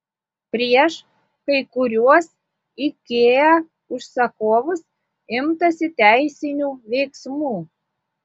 prieš kai kuriuos ikea užsakovus imtasi teisinių veiksmų